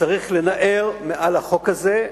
שצריך לנער מעל החוק הזה.